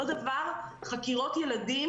אותו דבר חקירות ילדים,